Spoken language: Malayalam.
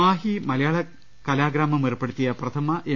മാഹി മലയാള കലാഗ്രാമം ഏർപ്പെടുത്തിയ പ്രഥമ എം